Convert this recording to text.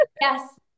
yes